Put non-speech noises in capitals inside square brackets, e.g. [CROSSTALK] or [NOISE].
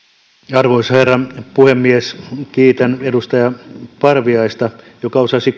arvoisa herra puhemies kiitän edustaja parviaista joka osasi [UNINTELLIGIBLE]